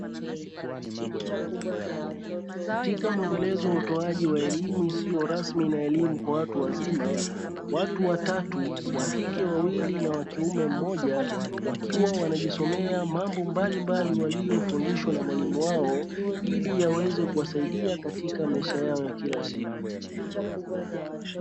Katika muendelezo wa utoaji wa elimu isiyo rasmi na elimu kwa watu wazima. Watu watatu, wakike wawili na wakiume mmoja wakiwa wanajisomea mambo mbalimbali waliofundishwa na mwalimu wao ili yaweze kuwasaidia katika maisha yao ya kila siku.